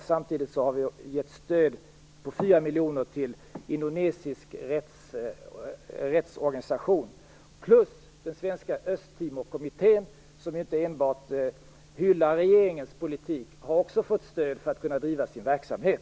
Samtidigt har vi givit stöd på fyra miljoner till en indonesisk rättsorganisation. Den svenska Östtimorkommittén, som inte enbart hyllar regeringens politik, har också fått stöd för att kunna driva sin verksamhet.